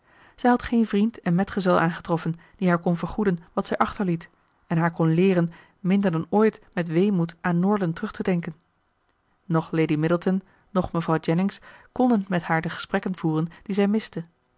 zij had geen vriend en metgezel aangetroffen die haar kon vergoeden wat zij achterliet en haar kon leeren minder dan ooit met weemoed aan norland terug te denken noch lady middleton noch mevrouw jennings konden met haar de gesprekken voeren die zij miste